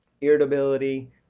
irritability